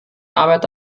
arbeit